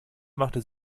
machte